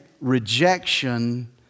rejection